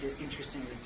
interestingly